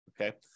okay